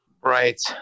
Right